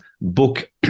book